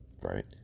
Right